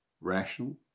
rational